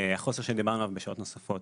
בשעות נוספות.